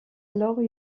alors